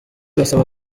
basaba